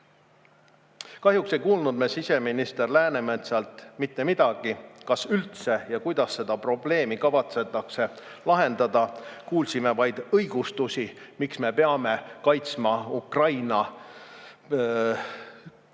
Kahjuks ei kuulnud me siseminister Läänemetsalt mitte midagi: kas üldse ja kuidas seda probleemi kavatsetakse lahendada? Kuulsime vaid õigustusi, miks me peame kaitsma Ukraina